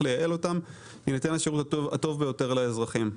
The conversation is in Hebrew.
לייעל אותם ולתת את השירות הטוב ביותר לאזרחים.